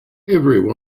everyone